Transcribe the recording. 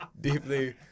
Deeply